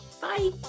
Bye